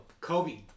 Kobe